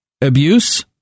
abuse